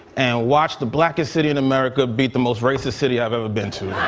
and watch the blackest city in america beat the most racist city i've ever been to.